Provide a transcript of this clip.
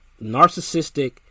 narcissistic